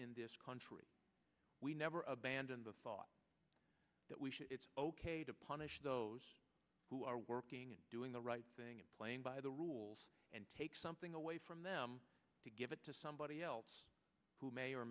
in this country we never abandon the thought that we should it's ok to punish those who are working and doing the right thing and playing by the rules and take something away from them to give it to somebody else who may or